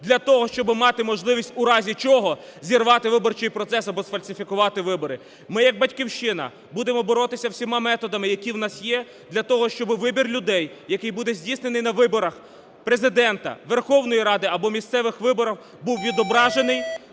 для того, щоб мати можливість в разі чого зірвати виборчий процес або сфальсифікувати вибори. Ми як "Батьківщина" будемо боротися всіма методами, які у нас є для того, щоб вибір людей, який буде здійснений на виборах Президента, Верховної Ради або місцевих виборах, був відображений,